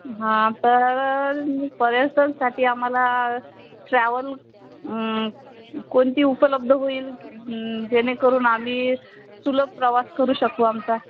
हां पर्यटनासाठी आम्हाला ट्रॅव्हल कोणती उपलब्ध होईल जेणेकरून आम्ही सुलभ प्रवास करू शकू आमचा